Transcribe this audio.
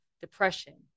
depression